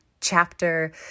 chapter